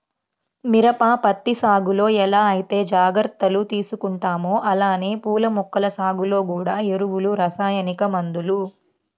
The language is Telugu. మిరప, పత్తి సాగులో ఎలా ఐతే జాగర్తలు తీసుకుంటామో అలానే పూల మొక్కల సాగులో గూడా ఎరువులు, రసాయనిక మందులు